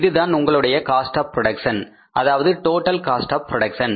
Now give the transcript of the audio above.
இதுதான் உங்களுடைய cost of production அதாவது டோட்டல் காஸ்ட் ஆப் புரோடக்சன்